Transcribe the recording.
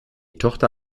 tochter